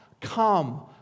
come